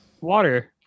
water